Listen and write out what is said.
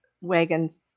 wagons